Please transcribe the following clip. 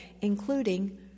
including